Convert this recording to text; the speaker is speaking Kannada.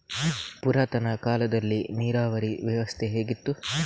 ಪುರಾತನ ಕಾಲದಲ್ಲಿ ನೀರಾವರಿ ವ್ಯವಸ್ಥೆ ಹೇಗಿತ್ತು?